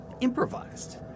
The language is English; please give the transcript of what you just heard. improvised